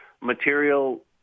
material